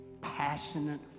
passionate